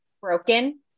broken